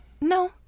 No